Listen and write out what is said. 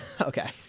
Okay